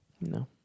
No